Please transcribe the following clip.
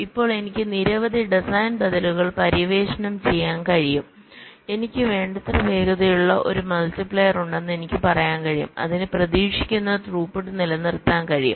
ഇപ്പോൾ എനിക്ക് നിരവധി ഡിസൈൻ ബദലുകൾ പര്യവേക്ഷണം ചെയ്യാൻ കഴിയും എനിക്ക് വേണ്ടത്ര വേഗതയുള്ള ഒരു മൾട്ടിപ്ലയെർ ഉണ്ടെന്ന് എനിക്ക് പറയാൻ കഴിയും അതിനു പ്രതീക്ഷിക്കുന്ന ത്രൂപുട്ട് നിലനിർത്താൻ കഴിയും